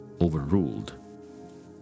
overruled